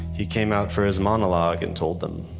he came out for his monologue and told them